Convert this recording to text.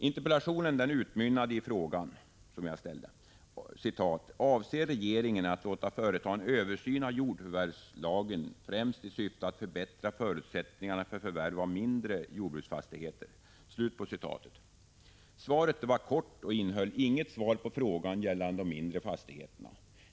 Interpellationen utmynnade i frågan: ”Avser regeringen att låta företa en översyn av jordförvärvslagen främst i syfte att förbättra förutsättningarna för förvärv av mindre jordbruksfastigheter?” Svaret var kort och innehöll inget svar på frågan gällande de mindre fastigheterna.